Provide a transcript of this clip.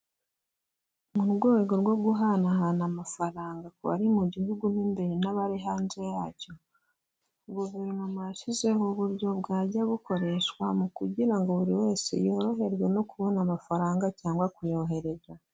Mu rwego rwo guhanahana amafaranga ku bari mu gihugu b'imbere n'abari hanze yacyo, guverinoma yashyizeho uburyo bwajya bukoreshwa mu kugira ngo buri wese yoroherwe no kubona amafaranga cyangwa kuyohereza.